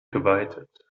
geweitet